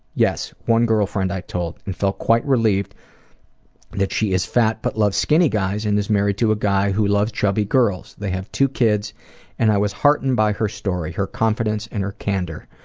yes. one girlfriend i told, and felt quite relieved that she is fat but loves skinny guys and is married to a guy who loves chubby girls. they have two kids and i was heartened by her story, her confidence and her candor.